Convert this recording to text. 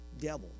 devil